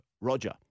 Roger